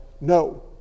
No